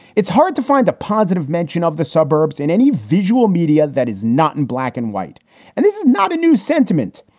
it's hard to find a positive mention of the suburbs in any visual media that is not in black and white and this is not a new sentiment,